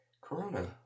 corona